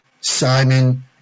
Simon